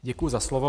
Děkuji za slovo.